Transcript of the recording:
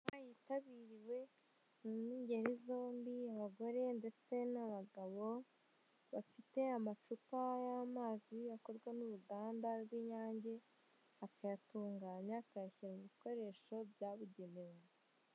Inama yitabiriwe n'ingeri zombi, abagore ndetse n'abagabo bafite amacupa y'amazi akorwa n'uruganda rw'Inyange, bakayatunganya, bakayashyira mu bikoresho byabugenewe.